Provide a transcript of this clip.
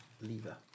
lever